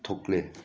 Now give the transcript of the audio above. ꯊꯣꯛꯂꯦ